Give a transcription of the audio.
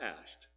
asked